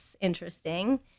interesting